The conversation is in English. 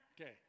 Okay